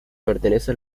pertenece